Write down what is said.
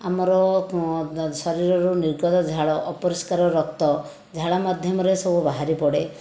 ଆମର ଶରୀରରୁ ନିର୍ଗତ ଝାଳ ଅପରିଷ୍କାର ରକ୍ତ ଝାଳ ମାଧ୍ୟମରେ ସବୁ ବାହାରିପଡ଼େ